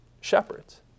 shepherds